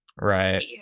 Right